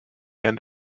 end